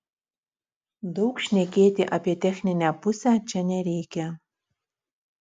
daug šnekėti apie techninę pusę čia nereikia